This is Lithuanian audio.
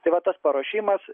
tai va tas paruošimas